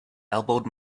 elbowed